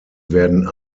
werden